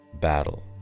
battle